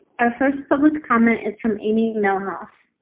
our first public comment is from any milhouse.